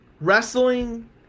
Wrestling